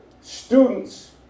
students